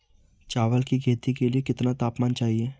चावल की खेती के लिए कितना तापमान चाहिए?